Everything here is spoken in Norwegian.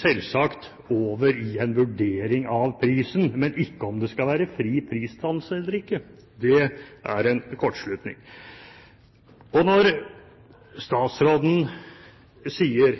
selvsagt over i en vurdering av prisen, men ikke om det skal være fri prisdannelse eller ikke. Det er en kortslutning. Når statsråden sier